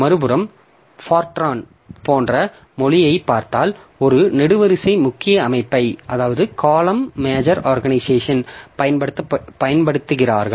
மறுபுறம் ஃபோட்ரான் போன்ற மொழியைப் பார்த்தால் ஒரு நெடுவரிசை முக்கிய அமைப்பைப் பயன்படுத்துகிறார்கள்